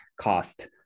cost